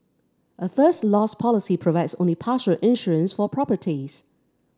a First Loss policy provides only partial insurance for properties